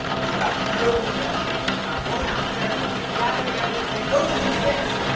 it's about paranormal investigation. it's about going out there, and gathering evidence that ghosts exist.